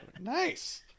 Nice